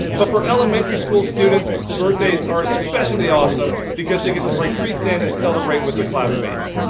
but for elementary school students, birthdays are especially awesome, because they get to bring treats in and celebrate with their classmates.